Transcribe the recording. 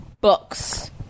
books